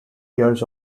years